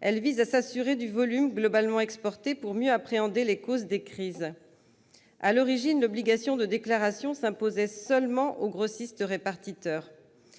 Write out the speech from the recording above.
Elle vise à s'assurer du volume globalement exporté, pour mieux appréhender les causes des crises. À l'origine, l'obligation de déclaration s'imposait seulement aux grossistes-répartiteurs.